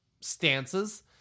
stances